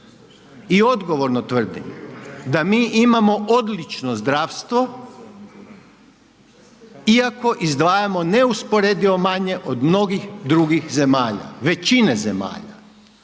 i odgovorno tvrdim da mi imamo odlično zdravstvo iako izdvajamo neusporedivo manje od mnogih drugih zemalja, većine zemalja.